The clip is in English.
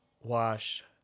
wash